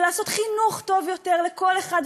ולתת חינוך טוב יותר לכל אחד,